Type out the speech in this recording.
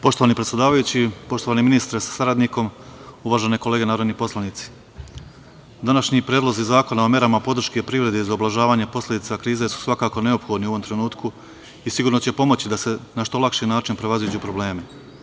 Poštovani predsedavajući, poštovani ministre sa saradnikom, uvažene kolege narodni poslanici, današnji predlozi zakona o merama podrške privredi za ublažavanje posledica krize su svakako neophodni u ovom trenutku i sigurno će pomoći da se na nešto lakši način prevaziđu problemi.